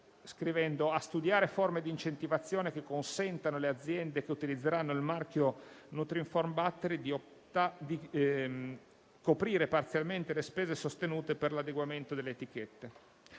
segue: «a studiare forme di incentivazione che consentano alle aziende che utilizzeranno il marchio nutrinform battery di coprire parzialmente le spese sostenute per l'adeguamento delle etichette.